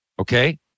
okay